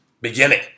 beginning